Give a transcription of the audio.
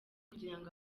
kugirango